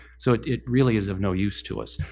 so it it really is of no use to us.